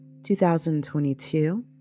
2022